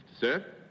Sir